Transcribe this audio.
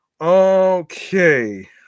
Okay